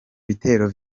bitero